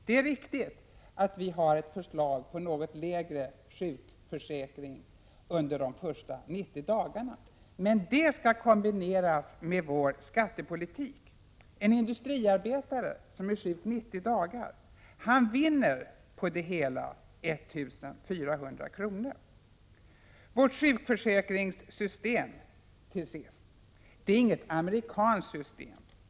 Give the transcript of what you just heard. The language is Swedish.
Det är riktigt att vi har ett förslag som innebär något lägre sjukförsäkring under de första 90 dagarna. Men det skall kombineras med vår skattepolitik. En industriarbetare som är sjuk 90 dagar vinner 1 400 kr. nästa år på det hela. Vårt sjukförsäkringssystem är inte ett amerikanskt system.